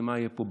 זה מה יהיה פה,